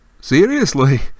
Seriously